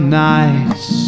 nights